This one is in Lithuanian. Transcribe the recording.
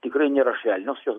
tikrai nėra švelnios jos